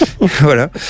Voilà